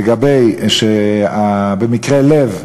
לגבי מקרה לב,